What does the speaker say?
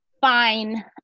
fine